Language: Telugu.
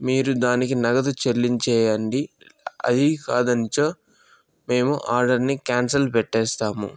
మీరు దానికి నగదు చెలించేయండి అది కాదనిచో మేము ఆర్డర్ని కాన్సల్ పెటేస్తాము